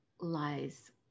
lies